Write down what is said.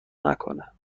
نکنه